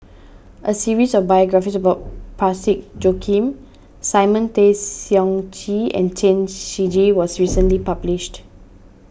a series of biographies about Parsick Joaquim Simon Tay Seong Chee and Chen Shiji was recently published